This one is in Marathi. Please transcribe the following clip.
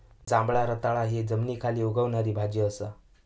जांभळा रताळा हि जमनीखाली उगवणारी भाजी असा